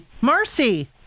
Marcy